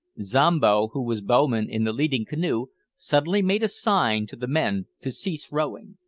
zombo, who was bowman in the leading canoe, suddenly made a sign to the men to cease rowing.